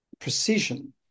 precision